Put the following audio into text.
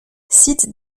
site